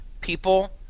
people